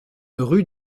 rue